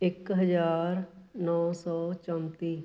ਇੱਕ ਹਜ਼ਾਰ ਨੌ ਸੌ ਚੌਂਤੀ